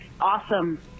awesome